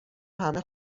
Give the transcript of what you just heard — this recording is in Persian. همه